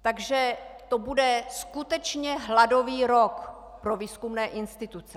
Takže to bude skutečně hladový rok pro výzkumné instituce.